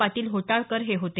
पाटील होटाळकर हे होते